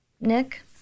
Nick